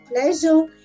pleasure